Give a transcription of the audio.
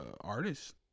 artist